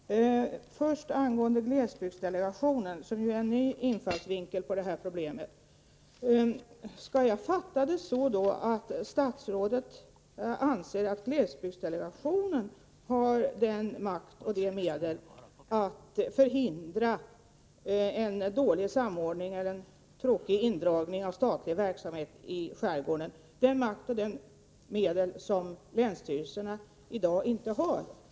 Herr talman! Skall jag beträffande glesbygdsdelegationen, som är en ny infallsvinkel på detta problem, fatta det så att statsrådet anser att glesbygdsdelegationen har den makt och de medel att förhindra en dålig samordning eller en tråkig nedläggning av statlig verksamhet i skärgården som länsstyrelserna i dag inte har?